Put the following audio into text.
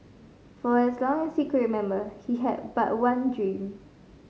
for as long as he could remember he had but one dream